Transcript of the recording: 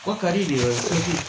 what curry they will do